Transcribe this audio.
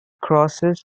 crosses